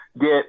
get